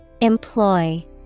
Employ